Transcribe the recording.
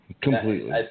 Completely